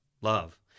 love